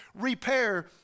repair